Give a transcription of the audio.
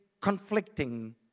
conflicting